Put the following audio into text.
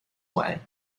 way